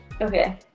Okay